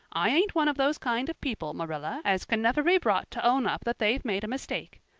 i ain't one of those kind of people, marilla, as can never be brought to own up that they've made a mistake.